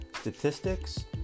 statistics